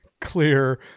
clear